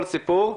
כל סיפור.